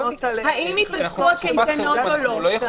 האם ייפסקו הקייטנות או לא?